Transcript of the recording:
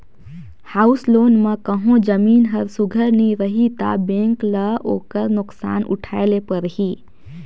house loan म कहों जमीन हर सुग्घर नी रही ता बेंक ल ओकर नोसकान उठाए ले परही